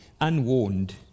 unwarned